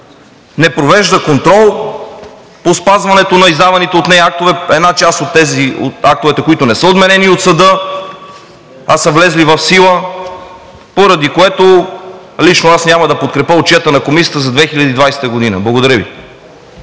не провежда контрол по спазването на издаваните от нея актове – една част от актовете, които не са отменени от съда, а са влезли в сила, поради което лично аз няма да подкрепя Отчета на комисията за 2020 г. Благодаря Ви.